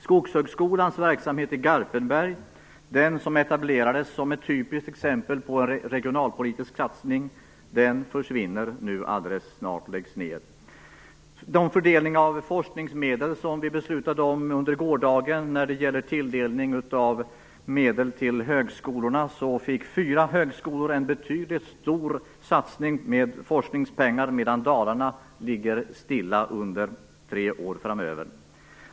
Skogshögskolans verksamhet i Garpenberg, som etablerades som ett typiskt exempel på en regionalpolitisk satsning, försvinner nu när den alldeles snart läggs ned. I den fördelning av forskningsmedel som vi beslutade om under gårdagen när det gällde tilldelning av medel till högskolorna fick fyra högskolor en stor satsning med forskningspengar, medan Dalarna ligger stilla under tre år framöver.